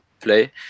play